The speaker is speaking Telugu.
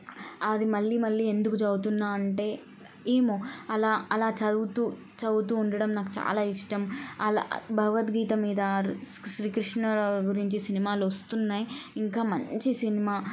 అది మళ్ళీ మళ్ళీ ఎందుకు చదువుతున్నాను అంటే ఏమో అలా అలా చదువుతూ చదువుతూ ఉండడం నాకు చాలా ఇష్టం అలా భగవద్గీత మీద శ్రీకృష్ణుల గురించి సినిమాలొస్తున్నాయి ఇంకా మంచి సినిమా